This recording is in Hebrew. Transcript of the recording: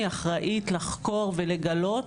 היא אחראית לחקור ולגלות,